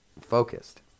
focused